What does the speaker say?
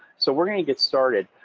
so we're going to get started.